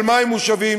של מים מושבים,